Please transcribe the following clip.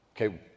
Okay